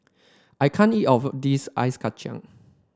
I can't eat all of this Ice Kacang